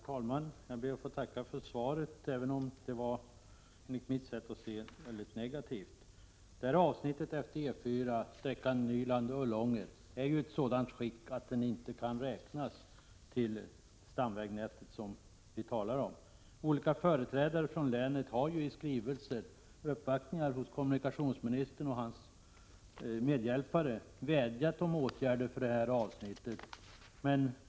Herr talman! Jag ber att få tacka för svaret, även om det var mycket negativt. Detta avsnitt av E 4, sträckan Nyland--Ullånger, är i ett sådant skick att det inte kan räknas till det stamvägnät vi talar om. Olika företrädare för länet har i skrivelser till och vid uppvaktningar hos kommunikationsministern och hans medhjälpare vädjat om åtgärder för detta avsnitt.